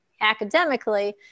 academically